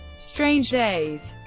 strange days